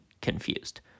confused